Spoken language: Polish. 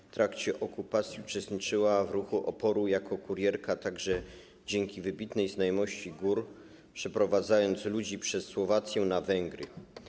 W trakcie okupacji uczestniczyła w ruchu oporu jako kurierka, dzięki wybitnej znajomości gór także przeprowadzając ludzi przez Słowację na Węgry.